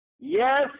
Yes